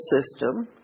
system